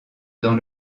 dans